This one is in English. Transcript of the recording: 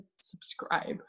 subscribe